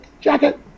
jacket